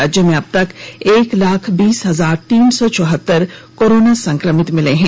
राज्य में अबतक एक लाख बीस हजार तीन सौ चौहतर कोरोना संक्रमित मिले चुके हैं